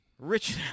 Rich